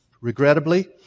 Regrettably